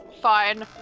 Fine